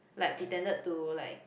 like pretended to like